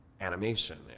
animation